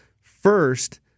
first